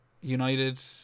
united